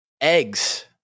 eggs